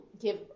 give